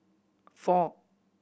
four